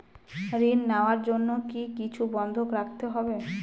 ঋণ নেওয়ার জন্য কি কিছু বন্ধক রাখতে হবে?